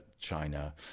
China